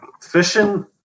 Fishing